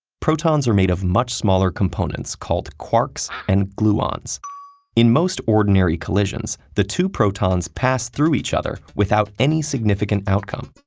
protons are made of much smaller components called quarks and gluons in most ordinary collisions, the two protons pass through each other without any significant outcome.